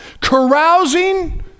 carousing